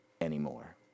anymore